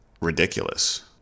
ridiculous